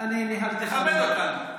תכבד אותנו.